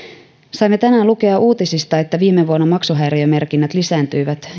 saimme tänään lukea uutisista että viime vuonna maksuhäiriömerkinnät lisääntyivät